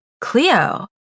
Cleo